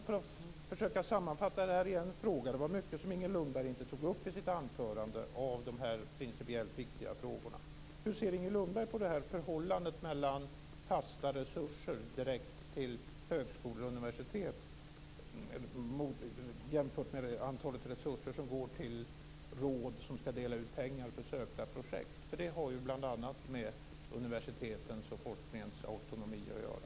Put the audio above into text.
Låt mig försöka sammanfatta detta i en fråga. Det var många av de principiellt viktiga frågorna som Inger Lundberg inte tog upp i sitt anförande. Hur ser Inger Lundberg på förhållandet mellan fasta resurser direkt till högskolor och universitet och de resurser som går till råd som ska dela ut pengar för sökta projekt? Det har ju bl.a. med universitetens och forskningens autonomi att göra.